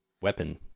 weapon